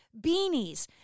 beanies